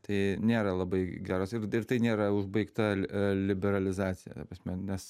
tai nėra labai geras ir tai nėra užbaigta liberalizacija ta prasme nes